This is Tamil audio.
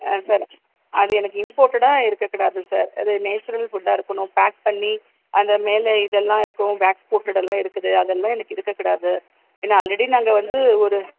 ஆ சார் அது எனக்கு இம்போர்ட்டடாக இருக்கக்கூடாது சார் அது நேச்சுரல் ஃபுட்டாக இருக்கணும் பேக் பண்ணி அந்த மேலே இதெல்லாம் இருக்கும் வேக்ஸ் கோட்டடெல்லாம் இருக்குது அதெல்லாம் எனக்கு இருக்கக்கூடாது ஏனால் ஆல்ரெடி நாங்கள் வந்து ஒரு